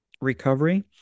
recovery